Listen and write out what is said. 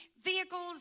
Vehicles